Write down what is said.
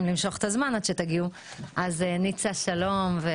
ניצה, שלום.